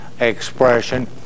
expression